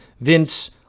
Vince